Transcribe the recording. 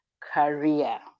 career